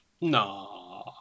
No